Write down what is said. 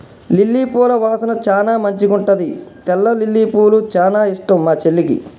lily పూల వాసన చానా మంచిగుంటది తెల్ల లిల్లీపూలు చానా ఇష్టం మా చెల్లికి